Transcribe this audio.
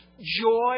joy